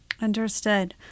Understood